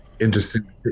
interesting